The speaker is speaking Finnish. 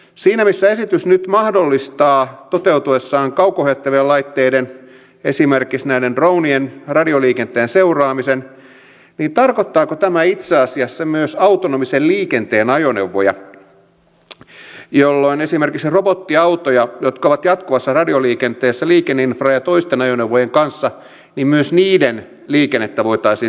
siinä missä esitys nyt mahdollistaa toteutuessaan kauko ohjattavien laitteiden esimerkiksi näiden dronien radioliikenteen seuraamisen niin tarkoittaako tämä itse asiassa myös autonomisen liikenteen ajoneuvoja jolloin esimerkiksi myös robottiautojen jotka ovat jatkuvassa radioliikenteessä liikenneinfran ja toisten ajoneuvojen kanssa liikennettä voitaisiin seurata